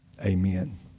Amen